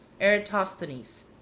Eratosthenes